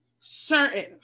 certain